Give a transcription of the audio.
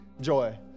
joy